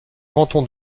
canton